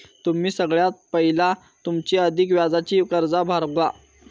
तुम्ही सगळ्यात पयला तुमची अधिक व्याजाची कर्जा भागवा